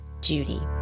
Judy